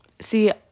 See